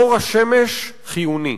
אור השמש חיוני.